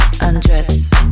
undress